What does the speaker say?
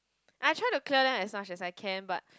I try to clear them as much as I can but